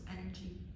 energy